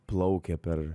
plaukia per